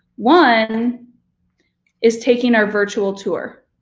one is taking our virtual tour.